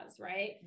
right